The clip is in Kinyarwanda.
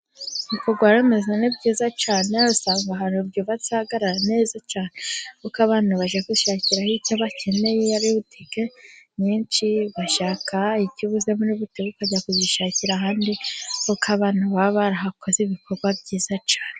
Ibikorwaremezo ni byiza cyane usanga ahantu byubatse hagaragara neza cyane, kuko abantu baje gushakiraho icyo bakeneye, hari butike nyinshi, urashaka icyo ubuze muri butike, ukajya kugishakira ahandi kuko abantu baba barahakoze ibikorwa byiza cyane.